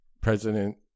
President